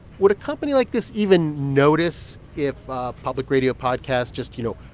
would a company like this even notice if a public radio podcast just, you know,